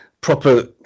proper